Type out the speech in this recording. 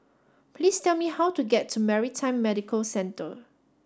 please tell me how to get to Maritime Medical Centre